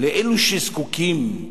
אלו שזקוקים,